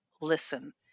listen